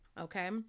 Okay